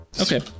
Okay